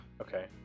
okay